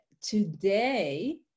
today